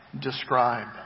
describe